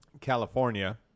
California